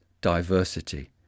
diversity